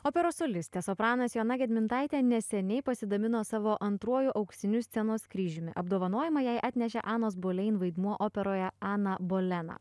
operos solistė sopranas joana gedmintaitė neseniai pasidabino savo antruoju auksiniu scenos kryžiumi apdovanojimą jai atnešė anos bolein vaidmuo operoje ana bolena